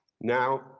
Now